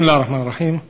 בסם אללה א-רחמאן א-רחים.